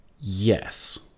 Yes